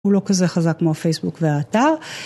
הוא לא כזה חזק כמו הפייסבוק והאתר.